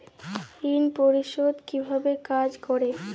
ঋণ পরিশোধ কিভাবে কাজ করে?